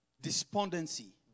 despondency